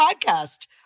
podcast